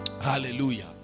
hallelujah